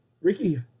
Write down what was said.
ricky